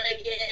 again